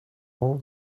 all